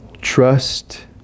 trust